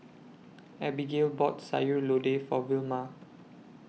Abigayle bought Sayur Lodeh For Vilma